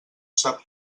sap